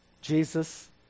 Jesus